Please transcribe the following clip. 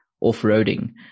off-roading